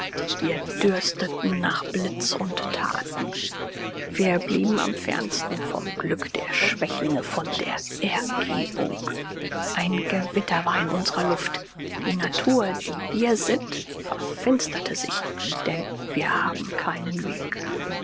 wir dürsteten nach blitz und thaten wir blieben am fernsten vom glück der schwächlinge von der ergebung ein gewitter war in unsrer luft die natur die wir sind verfinsterte sich denn wir hatten keinen weg